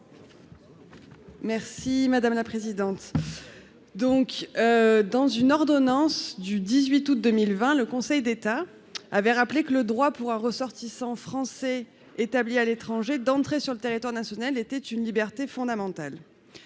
Merci madame la présidente, donc, dans une ordonnance du 18 août 2020, le Conseil d'État avait rappelé que le droit pour un ressortissant français établis à l'étranger d'entrée sur le territoire national était une liberté fondamentale,